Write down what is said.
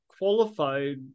qualified